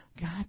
God